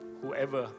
whoever